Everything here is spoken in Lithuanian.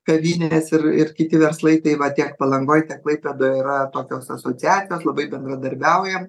kavinės ir ir kiti verslai tai va tiek palangoj tiek klaipėdoj yra tokios asociacijos labai bendradarbiaujam